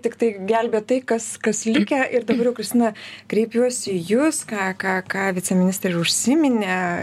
tiktai gelbėt tai kas kas likę ir dabar jau kristina kreipiuosi į jūs ką ką ką viceministrė ir užsiminė